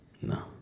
No